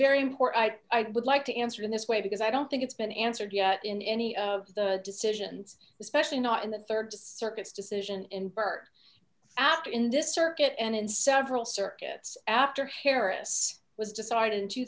very important i would like to answer in this way because i don't think it's been answered yet in any of the decisions especially not in the rd just circuit's decision in burke out in this circuit and in several circuits after harris was decided in two